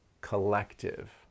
collective